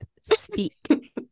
speak